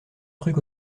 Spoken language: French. trucs